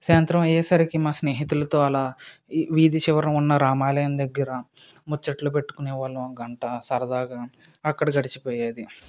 సాయంత్రం అయ్యేసరికి మా స్నేహితులతో అలా వీధి చివర ఉన్న రామాలయం దగ్గర ముచ్చట్లు పెట్టుకునే వాళ్ళం గంట సరదాగా అక్కడ గచ్చిపోయేది